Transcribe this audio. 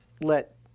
let